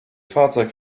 fahrzeug